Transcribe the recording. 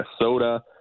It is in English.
Minnesota